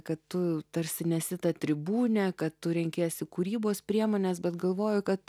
kad tu tarsi nesi ta tribūnė kad tu renkiesi kūrybos priemones bet galvoju kad